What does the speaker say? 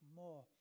more